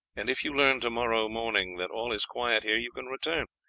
and if you learn to-morrow morning that all is quiet here you can return.